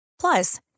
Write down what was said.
Plus